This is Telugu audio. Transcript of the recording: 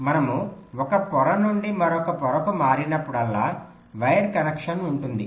కాబట్టి మనము ఒక పొర నుండి మరొక పొరకు మనరినప్పుడల్లా వైర్ కనెక్షన్ ఉంటుంది